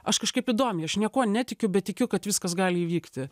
aš kažkaip įdomiai aš niekuo netikiu bet tikiu kad viskas gali įvykti